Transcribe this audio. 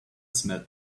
smelled